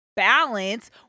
balance